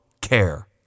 care